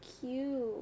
cute